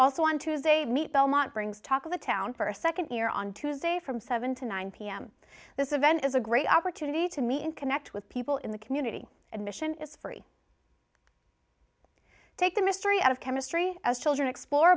also on tuesday meet belmont brings talk of the town for a second year on tuesday from seven to nine pm this event is a great opportunity to meet and connect with people in the community admission is free take the mystery out of chemistry as children explore